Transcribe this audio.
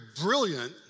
brilliant